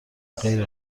غیر